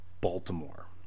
baltimore